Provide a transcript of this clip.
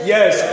Yes